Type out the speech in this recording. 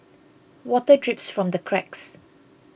water drips from the cracks